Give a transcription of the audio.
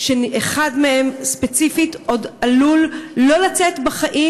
ואחד מהם ספציפית עוד עלול שלא לצאת בחיים